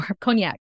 Cognac